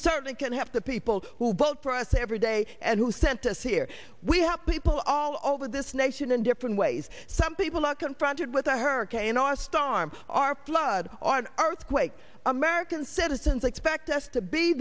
certainly can have the people who vote for us every day and who sent us here we have people all over this nation in different ways some people are confronted with a hurricane or storm are flooded on earth quake american citizens expect us to be